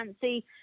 fancy